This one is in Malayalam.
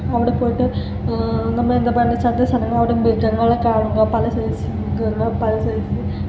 അവിടെ പോയിട്ട് നമ്മൾ എന്താ പറഞ്ഞത് മൃഗങ്ങളെ കാണുക പല സൈസ് മൃഗങ്ങൾ പല സൈസ്